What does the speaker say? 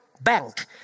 bank